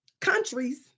countries